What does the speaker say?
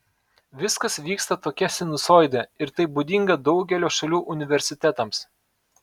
viskas vyksta tokia sinusoide ir tai būdinga daugelio šalių universitetams